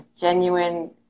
genuine